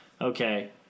okay